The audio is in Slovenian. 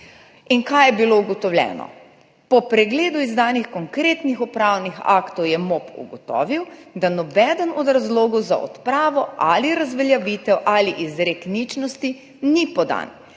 In kaj je bilo ugotovljeno? Po pregledu izdanih konkretnih upravnih aktov je MOP ugotovil, da ni podan nobeden od razlogov za odpravo ali razveljavitev ali izrek ničnosti. Tega